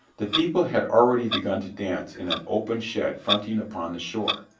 the people had already begun to dance in an open shed fronting upon the shore.